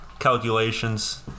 calculations